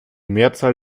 mehrzahl